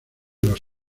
los